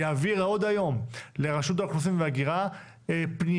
יעביר עוד היום לרשות האוכלוסין וההגירה פנייה,